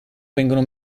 vengono